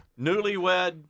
Newlywed